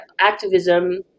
activism